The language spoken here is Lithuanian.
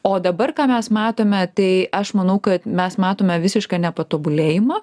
o dabar ką mes matome tai aš manau kad mes matome visišką nepatobulėjimą